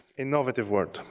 innovative world,